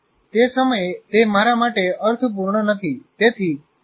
તે સમયે તે મારા માટે અર્થપૂર્ણ નથી